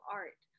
art